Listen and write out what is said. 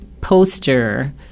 poster